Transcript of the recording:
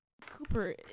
Cooper